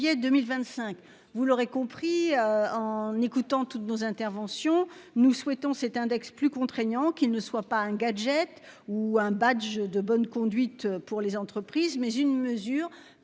Vous l'aurez compris, en écoutant toutes nos interventions, nous souhaitons cet index plus contraignant qu'il ne soit pas un gadget ou un badge de bonne conduite pour les entreprises mais une mesure